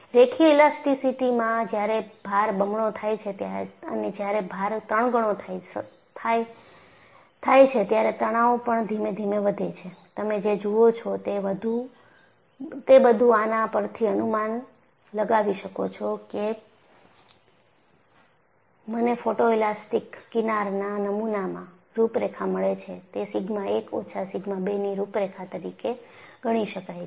રેખીય ઈલાસ્ટીસીટીમાં જ્યારે ભાર બમણો થાય છે અને જ્યારે ભાર ત્રણ ગણો થાય છે ત્યારે તણાવ પણ ધીમે ધીમે વધે છે તમે જે જુઓ છો તે બધું આના પરથી અનુમાન લગાવી શકો છો કે મને ફોટોઇલાસ્ટિક કિનારના નમુનામાં રૂપરેખા મળે છે તે સિગ્મા 1 ઓછા સિગ્મા 2ની રૂપરેખા તરીકે ગણી શકાય છે